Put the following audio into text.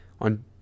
on